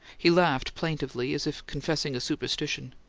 he laughed plaintively, as if confessing a superstition.